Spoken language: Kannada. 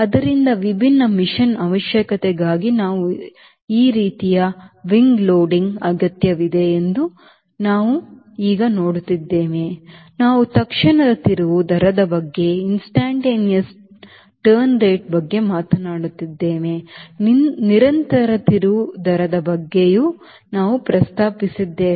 ಆದ್ದರಿಂದ ವಿಭಿನ್ನ ಮಿಷನ್ ಅವಶ್ಯಕತೆಗಾಗಿ ಯಾವ ರೀತಿಯ wing loading ಅಗತ್ಯವಿದೆ ಎಂದು ನಾವು ಈಗ ನೋಡುತ್ತಿದ್ದೇವೆ ನಾವು ತತ್ಕ್ಷಣದ ತಿರುವು ದರದ ಬಗ್ಗೆ ಮಾತನಾಡಿದ್ದೇವೆ ನಿರಂತರ ತಿರುವು ದರದ ಬಗ್ಗೆಯೂ ನಾವು ಪ್ರಸ್ತಾಪಿಸಿದ್ದೇವೆ